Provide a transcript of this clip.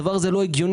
הדבר הזה לא הגיוני.